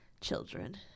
children